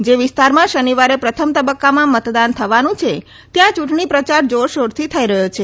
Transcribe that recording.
જે વિસ્તારમાં શનિવારે પ્રથમ તબક્કામાં મતદાન થવાનું છે ત્યાં ચૂંટણી પ્રચાર જોરશોરથી થઈ રહ્યો છે